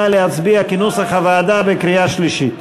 נא להצביע, כנוסח הוועדה, בקריאה שלישית.